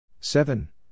Seven